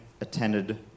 attended